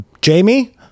Jamie